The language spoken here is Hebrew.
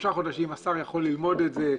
בשלושה חודשים השר יכול ללמוד את זה,